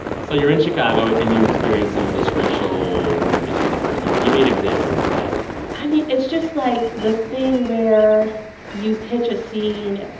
so you're in chicago, and you experience some of this racial weirdness for the first time. give me an example of that i mean, it's just, like, the thing where you pitch a scene,